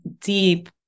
deep